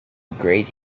great